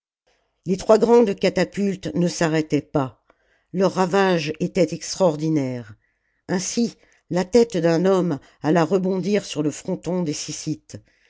les trois grandes catapultes ne s'arrêtaient pas leurs ravages étaient extraordinaires ainsi la tête d'un homme alla rebondir sur le fronton des syssites